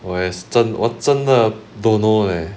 我也真的真的 don't know leh